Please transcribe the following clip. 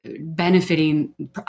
benefiting